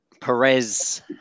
Perez